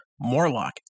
morlock